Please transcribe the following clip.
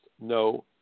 no